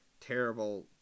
terrible